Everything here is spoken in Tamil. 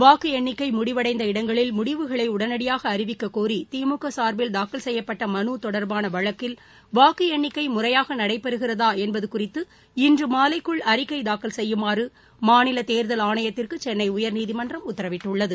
வாக்கு எண்ணிக்கை முடிவடைந்த இடங்களில் முடிவுகளை உடனடியாக அறிவிக்க கோரி திமுக சார்பில் தாக்கல் செய்யப்பட்ட மனு தொடர்பான வழக்கில் வாக்கு எண்ணிக்கை முறையாக நடைபெறுகிறதா என்பது குறித்து இன்று மாலைக்குள் அறிக்கை தாக்கல் செய்யுமாறு மாநில தேர்தல் ஆணையத்திற்கு சென்னை உயர்நீதிமன்றம் உத்தரவிட்டுள்ளது